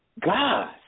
God